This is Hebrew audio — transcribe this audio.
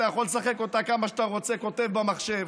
אתה יכול לשחק אותה כמה שאתה רוצה כותב במחשב,